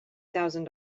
thousand